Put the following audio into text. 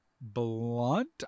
Blunt